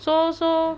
so so